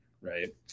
right